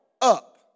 up